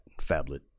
phablet